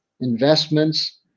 investments